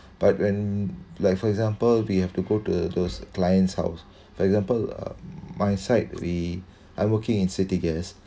but when like for example we have to go to those client's house for example um my side we are working in city gas